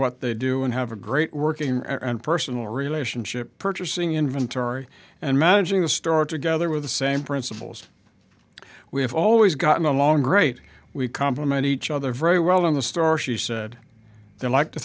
what they do and have a great working and personal relationship purchasing inventory and managing the store together with the same principles we have always gotten along great we complement each other very well in the store she said they like to